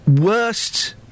worst